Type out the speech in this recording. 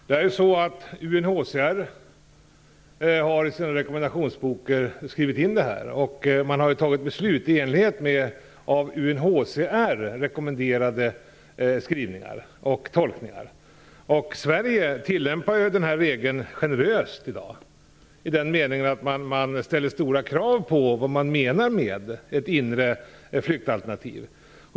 Fru talman! UNHCR har i sin rekommendationsbok skrivit in detta, och man har fattat beslut i enlighet med av UNHCR rekommenderade skrivningar och tolkningar. Sverige tillämpar denna regel generöst i dag i den meningen att man ställer stora krav på vad man menar med ett inre flyktalternativ.